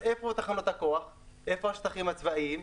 אז איך קוראים לזה רפורמה?